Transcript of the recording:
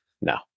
No